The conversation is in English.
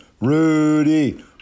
Rudy